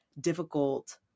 difficult